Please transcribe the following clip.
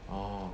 orh